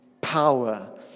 power